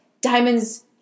diamonds